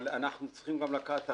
אבל אנחנו צריכים גם לקחת אחריות.